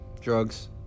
Drugs